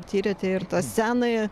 tyrėte ir tą senąją